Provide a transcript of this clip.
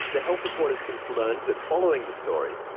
the health report has since learned that following the story,